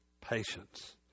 Patience